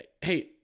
hey